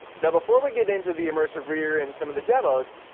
now, before we get into the immersive reader and some of the demos,